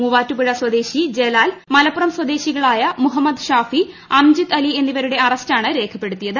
മൂവ്ട്ട്റ്റുപ്പുഴ സ്വദേശി ജലാൽ മലപ്പുറം സ്വദേശികളായ മുഹമ്മദ് ഷാഫി അംജിത് അലി എന്നുവരുടെ അറസ്റ്റാണ് രേഖപ്പെടുത്തിയത്